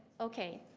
okay.